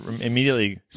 immediately